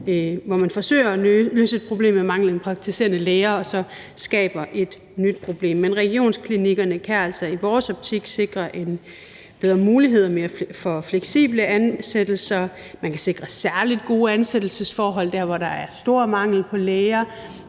hvor man forsøger at løse et problem med manglen på praktiserende læger, men så skaber et nyt problem. Men regionsklinikkerne kan altså i vores optik sikre en bedre mulighed for fleksible ansættelser, man kan sikre særligt gode ansættelsesforhold der, hvor der er stor mangel på læger,